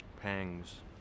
Pangs